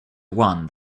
won